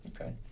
Okay